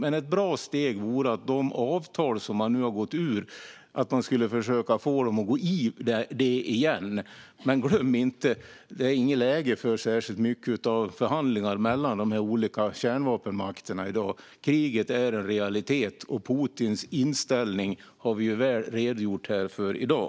Ett bra steg vore att man skulle försöka få dem att gå in i de avtal som de nu har gått ur. Men glöm inte att det inte är läge för särskilt mycket av förhandlingar mellan de olika kärnvapenmakterna i dag! Kriget är en realitet, och Putins inställning har vi redogjort för här i dag.